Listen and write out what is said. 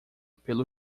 pelo